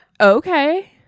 Okay